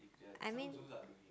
I mean